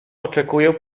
oczekuję